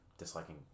Disliking